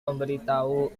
memberitahu